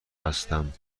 هستم